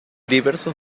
diversos